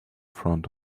front